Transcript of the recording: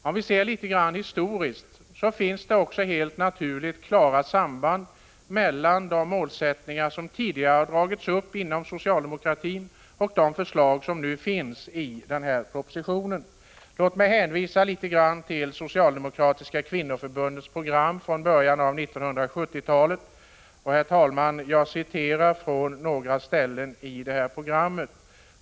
Om vi ser på detta historiskt finner vi att det finns klara samband mellan de målsättningar som man inom socialdemokratin tidigare har dragit upp och de förslag som nu föreligger i propositionen. Låt mig hänvisa till Socialdemokratiska kvinnoförbundets program från början av 1970-talet genom att citera några avsnitt ur detta program.